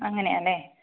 അങ്ങനെയാല്ലേ